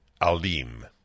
Alim